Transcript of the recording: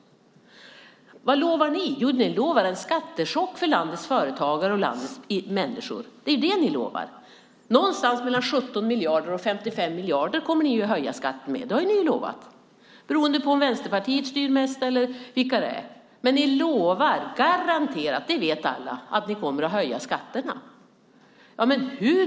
Vad lovar ni? Ni lovar en skattechock för landets företagare och människor. Det är det ni lovar. Ni har lovat att höja skatterna med mellan 17 och 55 miljarder, beroende på om det är Vänsterpartiet eller några andra som styr mest. Men ni kommer garanterat - det vet alla - att höja skatterna.